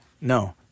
no